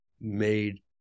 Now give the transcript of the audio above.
made